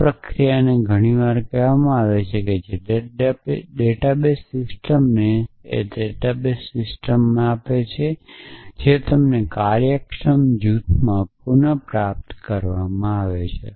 આ પ્રક્રિયાને ઘણીવાર કહેવામાં આવે છે જે ડેટાબેઝ સિસ્ટમ તમને ડેટાબેઝ સિસ્ટમ આપે તે કરતાં વધુ છે જે તમને કાર્યક્ષમ જૂથમાં પુન પ્રાપ્તિ આપે છે